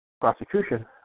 prosecution